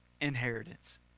inheritance